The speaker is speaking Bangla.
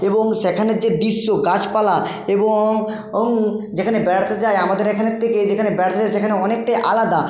এবং সেখানের যে দৃশ্য গাছপালা এবং অং যেখানে বেড়াতে যায় আমাদের এখানের থেকে যেখানে বেড়াতে যায় সেখানে অনেকটাই আলাদা